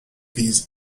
these